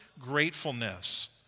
gratefulness